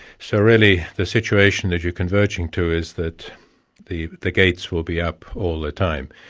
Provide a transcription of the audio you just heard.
so really, the situation that you're converging to is that the the gates will be up all the time.